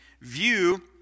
view